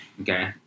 Okay